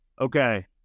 okay